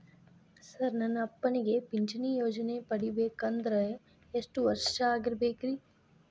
Sir ನನ್ನ ಅಪ್ಪನಿಗೆ ಪಿಂಚಿಣಿ ಯೋಜನೆ ಪಡೆಯಬೇಕಂದ್ರೆ ಎಷ್ಟು ವರ್ಷಾಗಿರಬೇಕ್ರಿ?